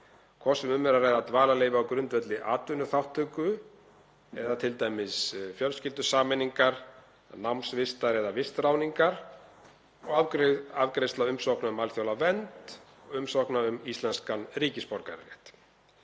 hvort sem um er að ræða dvalarleyfi á grundvelli atvinnuþátttöku eða t.d. fjölskyldusameiningar, námsvistar eða vistráðningar, og afgreiðsla umsókna um alþjóðlega vernd og umsókna um íslenskan ríkisborgararétt.